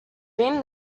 been